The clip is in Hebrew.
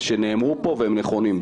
שנאמרו פה והם נכונים.